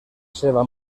seva